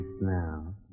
now